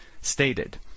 Stated